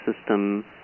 system